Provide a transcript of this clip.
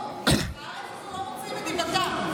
בארץ הזו לא מוציאים את דיבתה.